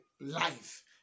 life